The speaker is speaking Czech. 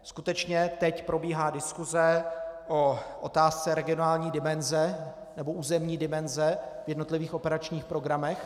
Skutečně teď probíhá diskuse o otázce regionální dimenze nebo územní dimenze v jednotlivých operačních programech.